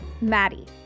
Maddie